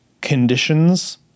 conditions